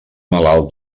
malalt